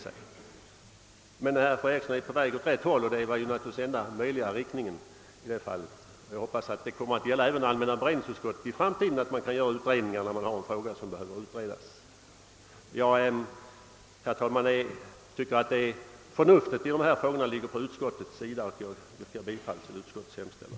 Fru Eriksson har emellertid utvecklats åt rätt håll, och det är naturligtvis den enda möjliga förändringen, Jag hoppas att också allmänna beredningsutskottet i framtiden skall ha samma inställning; så att en fråga som behöver utredas också kan bli utredd. Herr talman! Förnuftet ligger enligt min mening i utskottsmajoritetens uppfattning, och jag ber därför att få yrka bifall till utskottets hemställan.